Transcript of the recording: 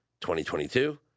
2022